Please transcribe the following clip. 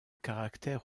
caractère